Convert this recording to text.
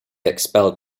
expelled